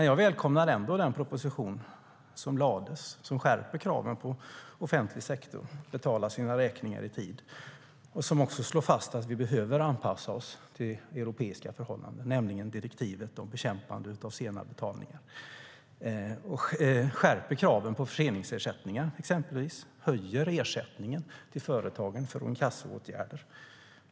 Jag välkomnar den proposition som lades fram om att skärpa kraven på offentlig sektor att betala sina räkningar i tid. Där slås även fast att vi behöver anpassa oss till europeiska förhållanden, nämligen till direktivet om bekämpandet av sena betalningar. Man skärper kraven på exempelvis förseningsersättningar och höjer ersättningen till företagen för inkassoåtgärder.